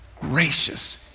gracious